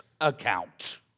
account